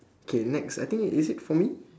K next I think it is it for me